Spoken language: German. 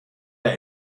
der